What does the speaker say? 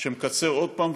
שמקצר עוד פעם,